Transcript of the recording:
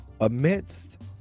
amidst